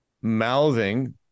mouthing